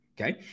Okay